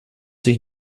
sich